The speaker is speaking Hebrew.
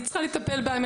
אני צריכה לטפל בהם,